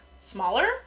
smaller